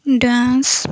dance